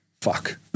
Fuck